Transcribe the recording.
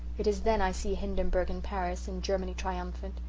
it is then i see hindenburg in paris and germany triumphant.